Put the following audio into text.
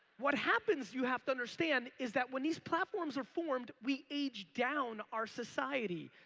what happens, you have to understand, is that when these platforms are formed we aged down our society.